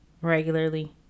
regularly